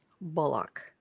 bullock